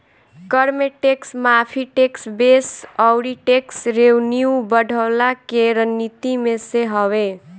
कर में टेक्स माफ़ी, टेक्स बेस अउरी टेक्स रेवन्यू बढ़वला के रणनीति में से हवे